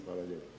Hvala lijepo.